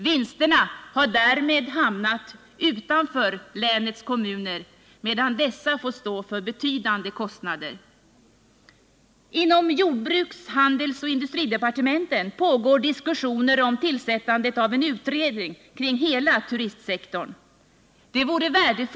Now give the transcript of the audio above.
Vinsterna har därmed hamnat utanför länets kommuner, medan dessa får stå för betydande kostnader. Inom jordbruks-, handelsoch industridepartementen pågår diskussioner om tillsättande av en utredning kring hela turistsektorn.